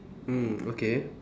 mm okay